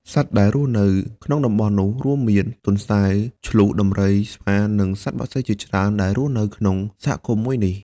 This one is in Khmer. សត្វដែលរស់នៅក្នុងតំបន់នោះរួមមាន៖ ទន្សាយ ឈ្លូស ដំរី ស្វានិងសត្វបក្សីជាច្រើនដែលរស់នៅក្នុងសហគមន៍មួយនេះ។